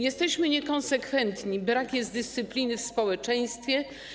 Jesteśmy niekonsekwentni, brak jest dyscypliny w społeczeństwie.